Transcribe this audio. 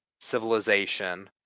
civilization